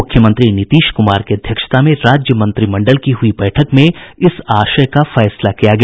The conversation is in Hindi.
मुख्यमंत्री नीतीश कुमार की अध्यक्षता में राज्य मंत्रिमंडल की हुयी बैठक में इस आशय का फैसला किया गया